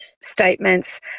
statements